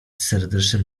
serdecznym